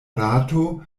rato